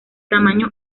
tamaño